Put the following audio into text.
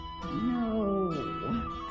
No